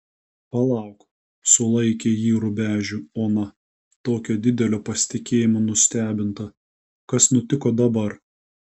palauk sulaikė jį rubežių ona tokio didelio pasitikėjimo nustebinta kas nutiko dabar